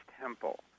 temple